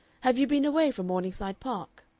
have you been away from morningside park?